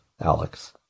Alex